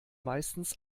meistens